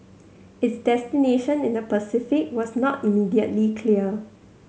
its destination in the Pacific was not immediately clear